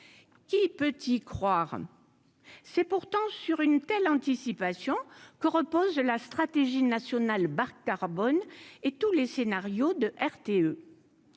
qui peut y croire, c'est pourtant sur une telle anticipation que repose la stratégie nationale bas-carbone et tous les scénarios de RTE,